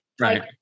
right